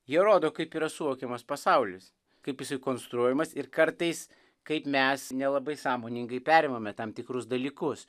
jie rodo kaip yra suvokiamas pasaulis kaip jisai konstruojamas ir kartais kaip mes nelabai sąmoningai perimame tam tikrus dalykus